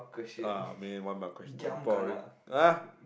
!aww! man why my questions so boring ah